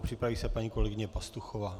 Připraví se paní kolegyně Pastuchová.